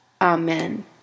Amen